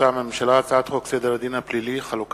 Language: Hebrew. מטעם הממשלה: הצעת חוק סדר הדין הפלילי (תיקון מס' 64)